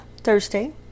Thursday